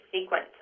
sequence